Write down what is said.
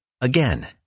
Again